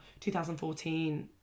2014